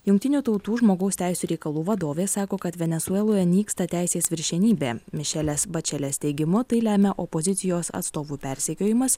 jungtinių tautų žmogaus teisių reikalų vadovė sako kad venesueloje nyksta teisės viršenybė mišelės bačelės teigimu tai lemia opozicijos atstovų persekiojimas